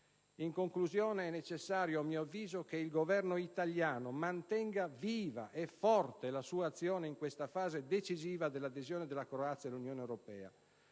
In conclusione, a mio avviso, è necessario che il Governo italiano mantenga viva e forte la sua azione in questa fase decisiva dell'adesione della Croazia all'Unione europea,